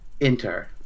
Enter